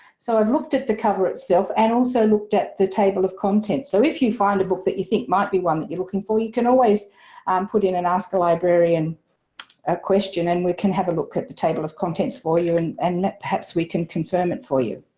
so i've looked at the cover itself and also looked at the table of contents. so if you find a book that you think might be one that you're looking for you can always put in an ask a librarian librarian a question and we can have a look at the table of contents for you and and let, perhaps we can confirm it for you.